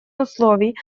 условий